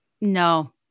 No